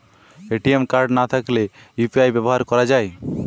ATM card না থাকলে কি ইউ.পি.আই ব্যবহার করা য়ায়?